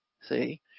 see